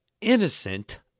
innocent